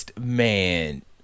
Man